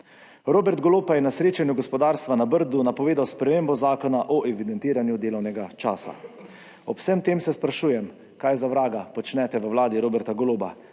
Robert Golob pa je na srečanju gospodarstva na Brdu napovedal spremembo zakona o evidentiranju delovnega časa. Ob vsem tem se sprašujem, kaj za vraga počnete v Vladi Roberta Goloba?